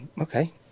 okay